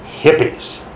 hippies